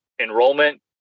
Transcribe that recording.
enrollment